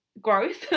growth